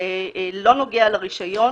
זה לא נוגע לרישיון,